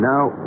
Now